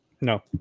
No